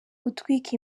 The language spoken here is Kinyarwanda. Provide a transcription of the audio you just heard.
gutwika